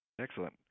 Excellent